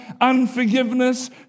unforgiveness